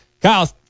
Kyle